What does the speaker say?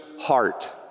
heart